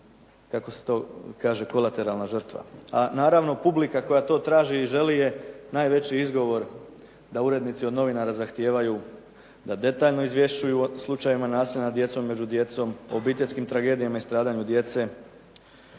kako se to kaže kolaterarna žrtva, a naravno publika koja to traži i želi je najveći izgovor da urednici od novinara zahtijevaju da detaljno izvješćuju o slučajevima nasilja nad djecom i među djecom, obiteljskim tragedijama i stradanju djece.